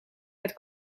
het